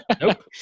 Nope